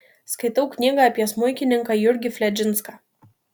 skaitau knygą apie smuikininką jurgį fledžinską